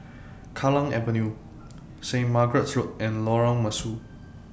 Kallang Avenue Saint Margaret's Road and Lorong Mesu